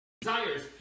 desires